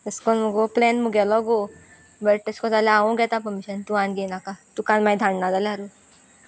तशें करून मुगो प्लेन मुगेलो गो बट तशे करून जाल्या हांवू घेता परमिशन घेव नाका तुका आनी मागीर धाडना जाल्यारू